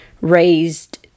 raised